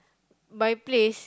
my place